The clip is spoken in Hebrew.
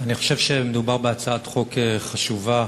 אני חושב שמדובר בהצעת חוק חשובה,